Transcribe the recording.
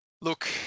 look